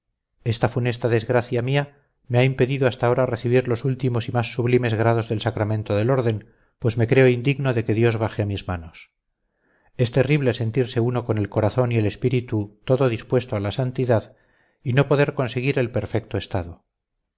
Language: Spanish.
no veo nada esta funesta desgracia mía me ha impedido hasta ahora recibir los últimos y más sublimes grados del sacramento del orden pues me creo indigno de que dios baje a mis manos es terrible sentirse uno con el corazón y el espíritu todo dispuesto a la santidad y no poder conseguir el perfecto estado